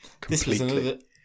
completely